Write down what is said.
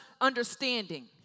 understanding